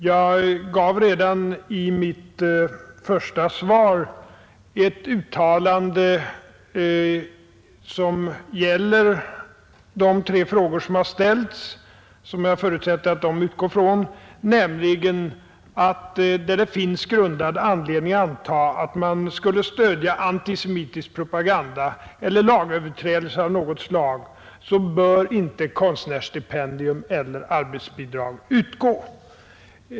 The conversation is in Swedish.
Jag gav redan i mitt första svar ett besked som gäller de tre frågor som ställts, nämligen att där det finns grundad anledning anta att man skulle stödja antisemitisk propaganda eller lagöverträdelser av något slag, bör konstnärsstipendier eller arbetsbidrag inte utgå.